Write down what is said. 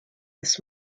this